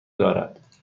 دارد